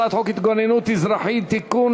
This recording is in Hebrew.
הצעת חוק ההתגוננות האזרחית (תיקון,